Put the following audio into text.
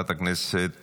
חברת הכנסת